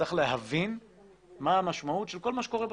צריך להבין מה המשמעות של כל מה שקורה בשוטף.